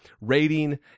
rating